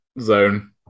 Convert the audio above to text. zone